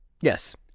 yes